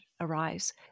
arise